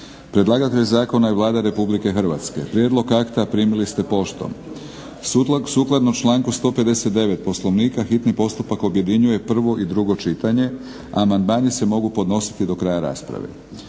Predlagatelj zakona je Vlada Republike Hrvatske. Prijedlog akta primili ste poštom. Sukladno članku 159. Poslovnika hitni postupak objedinjuje prvo i drugo čitanje. Amandman se mogu podnositi do kraja rasprave.